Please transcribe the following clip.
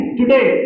today